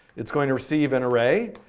it's going to receive an array,